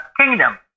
kingdom